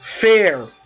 fair